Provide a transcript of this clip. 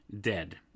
Dead